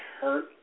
hurt